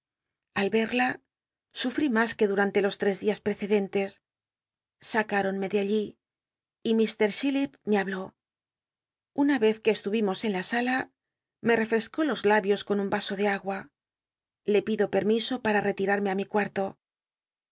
al rerla sufri mas que dutanle los tres dias ih'cccdentes snc itonme dealli y lit chillip me bablú una r ez que eslurimos en la sala me reftcscó los labios con un vaso de agua le pido let'llliso ll ll'll rctitarmc i mi cuarto